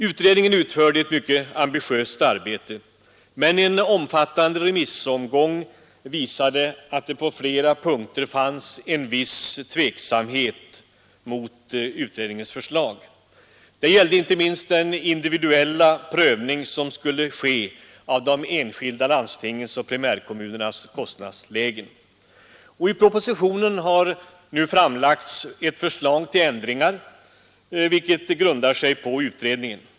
Utredningen utförde ett ambitiöst arbete, men en omfattande remissomgång visade att det på flera punkter fanns en viss tveksamhet mot utredningens förslag. Det gällde inte minst den individuella prövning som skulle ske av de enskilda landstingens och primärkommunernas kostnadslägen. I propositionen har nu framlagts ett förslag till ändringar vilket grundar sig på utredningen.